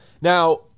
Now